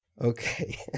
okay